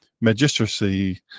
Magistracy